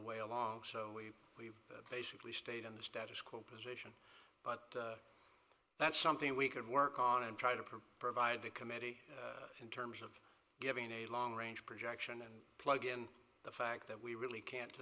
the way along so we basically stayed in the status quo position but that's something we could work on and try to provide the committee in terms of giving a long range projection and plug in the fact that we really can't